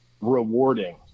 rewarding